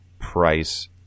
price